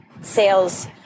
sales